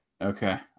Okay